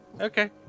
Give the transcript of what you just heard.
Okay